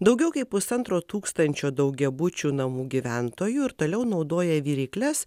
daugiau kaip pusantro tūkstančio daugiabučių namų gyventojų ir toliau naudoja virykles